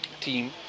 team